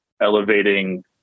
elevating